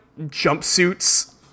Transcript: jumpsuits